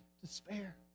despair